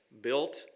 built